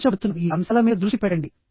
చర్చించబడుతున్న ఈ అంశాల మీద దృష్టి పెట్టండి